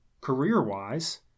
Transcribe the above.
career-wise